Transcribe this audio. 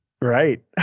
Right